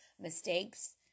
mistakes